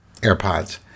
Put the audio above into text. AirPods